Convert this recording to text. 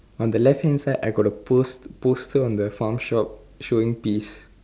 on the left hand side I got a post~ poster on the farm shop showing peas